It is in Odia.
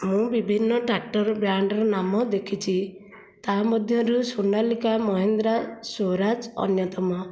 ମୁଁ ବିଭିନ୍ନ ଟ୍ରାକ୍ଟର ବ୍ରାଣ୍ଡର ନାମ ଦେଖିଛି ତାହା ମଧ୍ୟରୁ ସୋନାଲିକା ମହେନ୍ଦ୍ରା ସ୍ଵରାଜ ଅନ୍ୟତମ